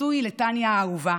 נשוי לטניה האהובה